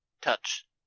Touch